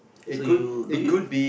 so you do you